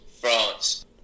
France